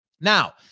Now